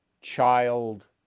child